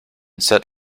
set